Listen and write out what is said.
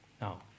Now